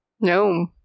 No